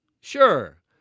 sure